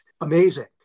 amazing